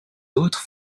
autres